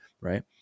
right